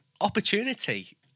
opportunity